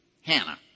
Hannah